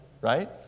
right